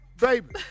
baby